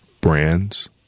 brands